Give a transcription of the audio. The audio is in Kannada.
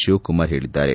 ಶಿವಕುಮಾರ್ ಹೇಳಿದ್ದಾರೆ